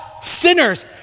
sinners